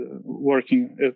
working